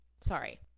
Sorry